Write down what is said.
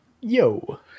Yo